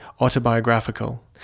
autobiographical